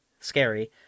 scary